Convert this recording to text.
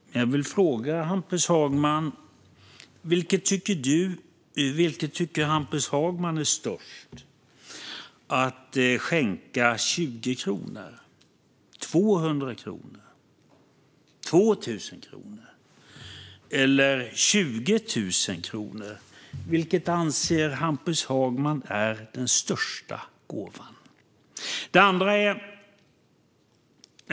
Men jag vill fråga Hampus Hagman: Vilket tycker Hampus Hagman är störst, att skänka 20 kronor, 200 kronor, 2 000 kronor eller 20 000 kronor? Vilket anser Hampus Hagman är den största gåvan? Den andra frågan är följande.